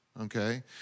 Okay